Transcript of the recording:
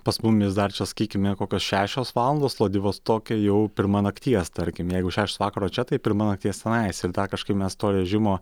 pas mumis dar čia sakykime kokios šešios valandos vladivostoke jau pirma nakties tarkim jeigu šešios vakaro čia tai pirma nakties tenais ir tą kažkaip mes to režimo